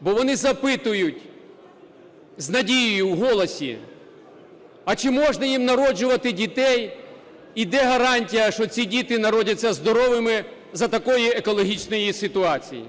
Бо вони запитують з надією в голосі, а чи можна їм народжувати дітей? І де гарантія, що ці діти народяться здоровими за такої екологічної ситуації?